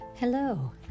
Hello